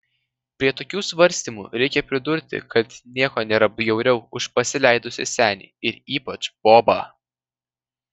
prie tokių svarstymų reikia pridurti kad nieko nėra bjauriau už pasileidusį senį ir ypač bobą